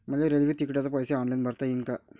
मले रेल्वे तिकिटाचे पैसे ऑनलाईन भरता येईन का?